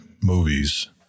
movies